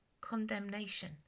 condemnation